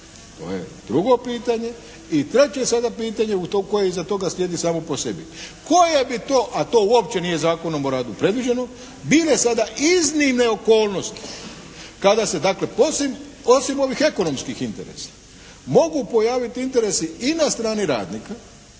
To je drugo pitanje i treće sada pitanje koje iza toga slijedi samo po sebi. Koje bi to, a to uopće nije Zakonom o radu predviđeno bile sada iznimne okolnosti kada se dakle osim ovih ekonomskih interesa mogu pojaviti interesi i na strani radnika